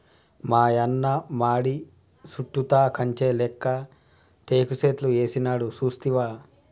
మాయన్న మడి సుట్టుతా కంచె లేక్క టేకు సెట్లు ఏసినాడు సూస్తివా